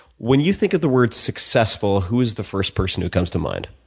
when you think of the word successful, who is the first person who comes to mind?